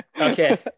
okay